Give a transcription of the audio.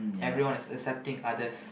everyone is accepting others